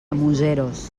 museros